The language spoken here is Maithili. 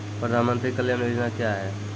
प्रधानमंत्री कल्याण योजना क्या हैं?